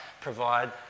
provide